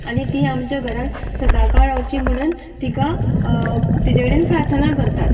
आनी ती आमच्या घरान सदांकाळ रावची म्हणून तिका तिचे कडेन प्रार्थना करतात